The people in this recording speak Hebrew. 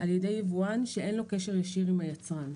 על ידי יבואן שאין לו קשר ישיר עם היצרן.